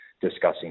discussing